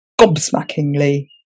gobsmackingly